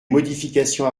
modifications